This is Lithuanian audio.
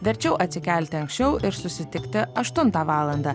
verčiau atsikelti anksčiau ir susitikti aštuntą valandą